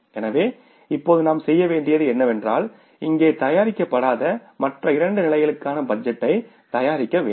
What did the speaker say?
எனவே இப்போது நாம் செய்ய வேண்டியது என்னவென்றால் இங்கே தயாரிக்கப்படாத மற்ற இரண்டு நிலைகளுக்கான பட்ஜெட்டை தயாரிக்க வேண்டும்